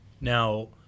Now